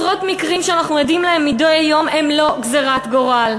עשרות מקרים שאנחנו עדים להם מדי יום הם לא גזירת גורל.